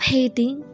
Hating